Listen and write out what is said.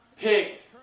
pick